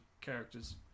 characters